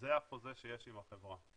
זה החוזה שיש עם החברה.